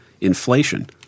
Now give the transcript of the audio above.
inflation